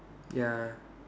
ya